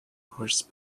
horse